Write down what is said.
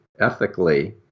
ethically